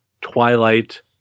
Twilight